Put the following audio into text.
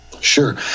Sure